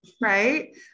right